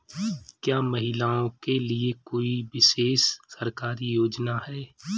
क्या महिलाओं के लिए कोई विशेष सरकारी योजना है?